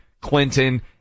Clinton